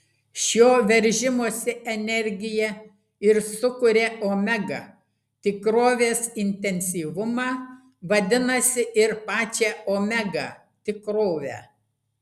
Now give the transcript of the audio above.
šio veržimosi energija ir sukuria omega tikrovės intensyvumą vadinasi ir pačią omega tikrovę